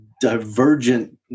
divergent